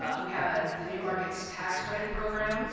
um we have a the new markets tax credit program